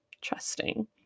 trusting